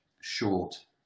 short